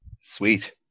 sweet